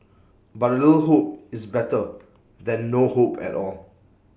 but A little hope is better than no hope at all